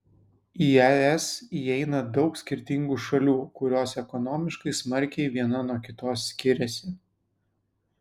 į es įeina daug skirtingų šalių kurios ekonomiškai smarkiai viena nuo kitos skiriasi